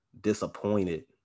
disappointed